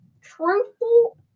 truthful